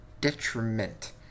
detriment